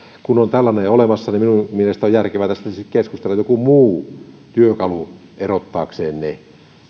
kun on tällainen jo olemassa minun mielestäni on järkevää tästä sitten keskustella että olisi joku muu työkalu niiden erottamiseen